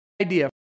idea